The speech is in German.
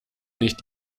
nicht